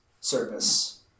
service